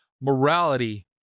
morality